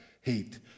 hate